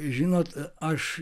žinot aš